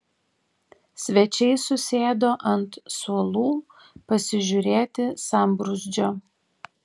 svečiai susėdo ant suolų pasižiūrėti sambrūzdžio